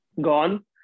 gone